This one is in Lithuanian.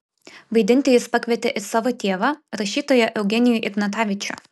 vaidinti jis pakvietė ir savo tėvą rašytoją eugenijų ignatavičių